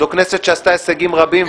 זו כנסת שעשתה הישגים רבים,